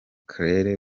claire